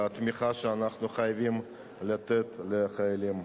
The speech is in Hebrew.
על התמיכה שאנחנו חייבים לתת לחיילים,